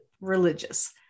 religious